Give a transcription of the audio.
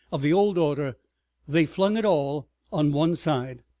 of the old order they flung it all on one side.